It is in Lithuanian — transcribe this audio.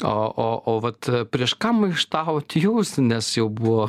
o o o vat prieš ką maištavot jūs nes jau buvo